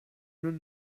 non